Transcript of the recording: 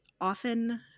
often